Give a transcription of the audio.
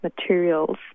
materials